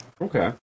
Okay